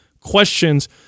questions